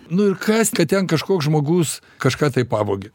nu ir kas kad ten kažkoks žmogus kažką pavogė